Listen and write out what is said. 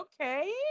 okay